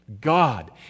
God